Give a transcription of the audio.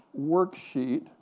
worksheet